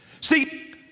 See